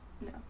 No